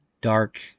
dark